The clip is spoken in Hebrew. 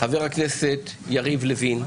חבר הכנסת יריב לוין,